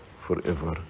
forever